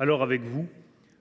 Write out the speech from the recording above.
Aussi, avec vous,